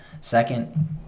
Second